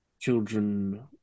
children